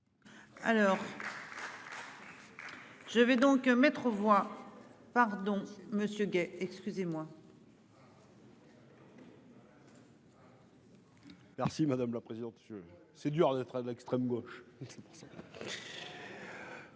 vote. Je vais donc mettre aux voix pardon Monsieur Guey, excusez-moi. Merci madame la présidente, monsieur. C'est dur d'être à l'extrême gauche. C'est pour ça